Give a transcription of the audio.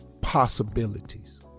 possibilities